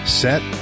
set